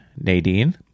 Nadine